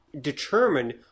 determine